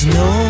no